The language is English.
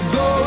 go